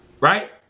Right